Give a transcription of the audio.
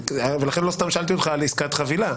לכן לא סתם שאלתי אותך על עסקת חבילה.